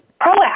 proactive